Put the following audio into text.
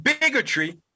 bigotry